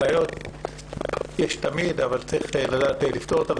בעיות יש תמיד אבל צריך לדעת לפתור אותן.